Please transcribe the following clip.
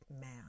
man